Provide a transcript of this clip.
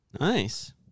Nice